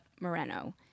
Moreno